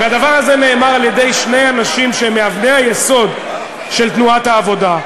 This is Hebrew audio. והדבר הזה נאמר על-ידי שני אנשים שהם מאבני היסוד של תנועת העבודה.